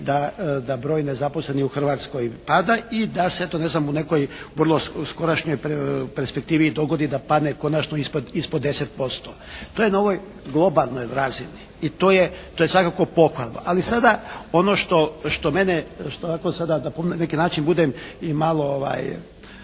da broj nezaposlenih u Hrvatskoj pada i da se eto ne znam u nekoj vrlo skorašnjoj perspektivi i dogodi da padne konačno ispod 10%. To je na ovoj globalnoj razini i to je svakako pohvalno, ali sada ono što mene, što ovako sada da na